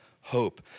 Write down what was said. hope